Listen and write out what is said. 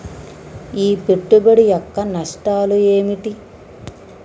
ఈ పెట్టుబడి యొక్క నష్టాలు ఏమిటి?